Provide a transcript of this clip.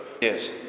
Yes